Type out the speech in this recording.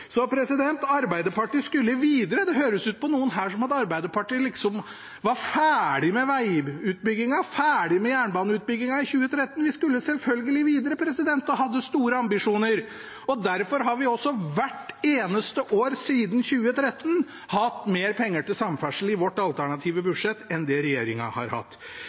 Arbeiderpartiet skulle videre. Det høres ut på noen her som om Arbeiderpartiet var ferdig med vegutbyggingen og ferdig med jernbaneutbyggingen i 2013. Vi skulle selvfølgelig videre og hadde store ambisjoner. Derfor har vi også hvert eneste år siden 2013 hatt mer penger til samferdsel i vårt alternative budsjett enn det regjeringen har hatt.